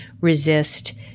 resist